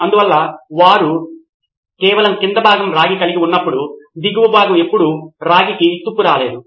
అందువల్ల వారు కేవలం క్రింద భాగం రాగి కలిగి ఉన్నప్పుడు దిగువన ఎప్పుడూ రాగికి తుప్పు రాలేదు